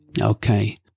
Okay